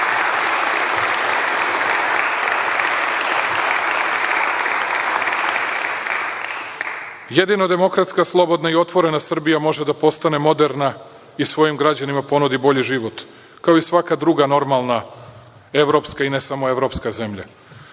Srbije. Jedino demokratska slobodna i otvorena Srbija može da postane moderna i svojim građanima ponudi bolji život, kao i svaka druga normalna evropska i ne samo evropska